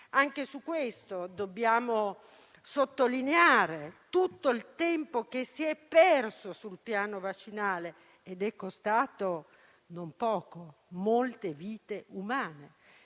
A questo proposito, dobbiamo sottolineare tutto il tempo che si è perso sul piano vaccinale, ed è costato non poco, molte vite umane.